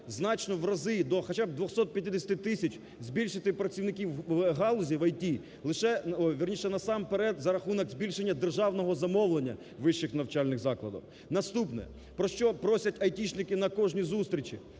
значно, в рази, хоча б до 250 тисяч збільшити працівників галузі в ІТ лише, вірніше, насамперед за рахунок збільшення державного замовлення у вищих навчальних закладах. Наступне, про що просять айтішники на кожній зустрічі,